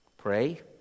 Pray